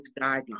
guidelines